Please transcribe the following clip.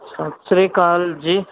ਸਤਿ ਸ਼੍ਰੀ ਅਕਾਲ ਜੀ